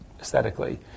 aesthetically